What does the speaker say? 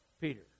Peter